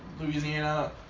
Louisiana